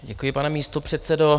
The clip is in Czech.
Děkuji, pane místopředsedo.